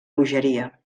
bogeria